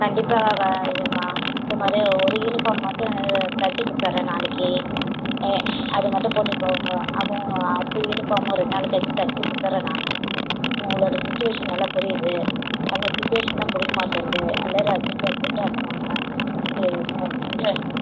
கண்டிப்பாக வ இது மா இதுமாதிரி ஒரு யூனிஃபார்ம் மட்டும் தைச்சி கொடுத்துட்றேன் நாளைக்கு ஏ அது மட்டும் போட்டுட்டு போங்க அப்பறம் அடுத்த யூனிஃபார்ம் ஒரு ரெண்டு நாள் கழிச்சு தச்சி கொடுத்துட்றேன் நான் உங்களோட சுச்சிவேஷன் நல்லா புரியுது எங்கள் சுச்சிவேஷன் தான் புரிய மாட்டேன்து எல்லாரும் அர்ஜெண்ட் அர்ஜெண்ட்டாக ஆக்குறாங்கள்